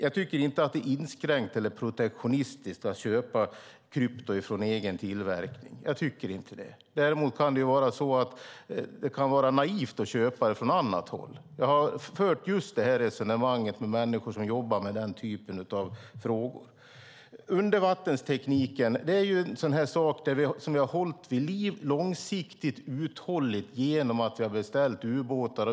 Jag tycker inte att det är inskränkt eller protektionistiskt att köpa krypto av egen tillverkning. Däremot kan det vara naivt att köpa från annat håll. Jag har fört just det här resonemanget med människor som jobbar med den typen av frågor. Undervattenstekniken är en sak som vi har hållit vid liv långsiktigt och uthålligt genom att vi har beställt ubåtar.